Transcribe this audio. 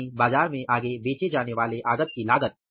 यानी बाजार में आगे बेचे जाने वाले आगत की लागत